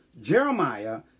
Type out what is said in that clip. Jeremiah